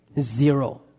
Zero